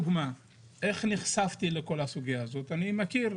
איך נחשפתי לכל הסוגיה הזאת, אני מכיר,